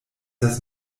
das